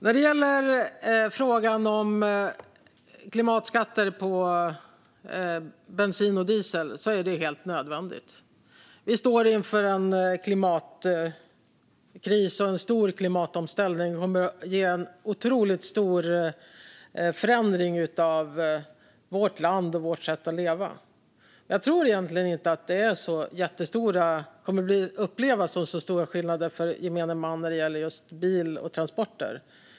Vad gäller klimatskatter på bensin och diesel är det helt nödvändigt. Vi står inför en klimatkris och en stor klimatomställning. Det kommer att ge en otroligt stor förändring av vårt land och vårt sätt att leva. Jag tror egentligen inte att det kommer att upplevas som så stora skillnader för gemene man när det gäller bil och transporter.